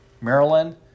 Maryland